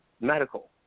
medical